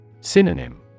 Synonym